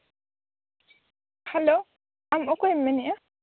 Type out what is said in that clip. hello ᱟᱢ ᱚᱠᱚᱭᱮᱢ ᱢᱮᱱᱮᱫᱼᱟ